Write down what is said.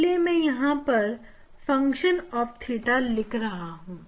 इसलिए मैं यहां पर फंक्शन ऑफ थीटा लिख रहा हूं